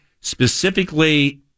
specifically